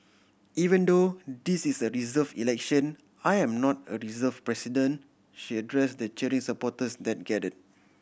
even though this is a reserve election I am not a reserve president she address the cheering supporters that gather